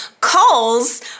calls